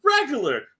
regular